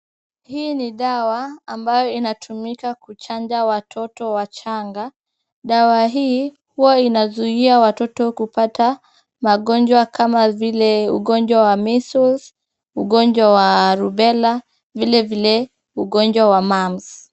Hii ni dawa ambayo inayotumika kuchanja watoto wachanga. Dawa hii huwa inazuia watoto kupata magonjwa kama vile ugonjwa wa measles , ugonjwa wa rubela, vilevile ugonjwa wa mumps .